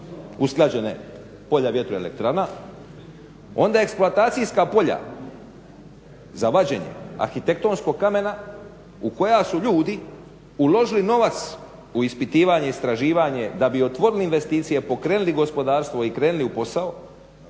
usklađena polja vjetroelektrana. Onda eksploatacijska polja za vađenje arhitektonskom kamena u koja su ljudi uložili novac u ispitivanje, istraživanje, da bi otvorili investicije, pokrenuli gospodarstvo i krenuli u posao,